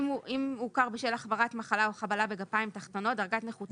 אם הוכר בשל החמרת מחלה או חבלה בגפיים תחתונות דרגת נכותו